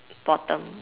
bottom